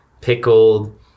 pickled